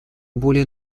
более